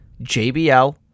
JBL